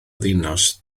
ddinas